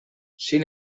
sin